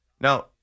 Now